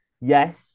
Yes